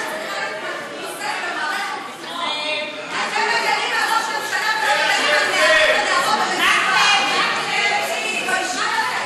אתם מגינים על ראש הממשלה ולא מגינים על נערים ונערות תתביישו לכם.